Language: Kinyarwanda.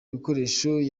ibikoresho